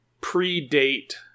pre-date